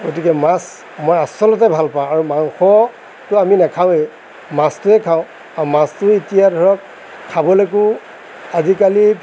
গতিকে মাছ মই আচলতে ভালপাওঁ আৰু মাংসটো আমি নাখাওঁৱেই মাছটোৱে খাওঁ আৰু মাছটো এতিয়া ধৰক খাবলৈকো আজিকালি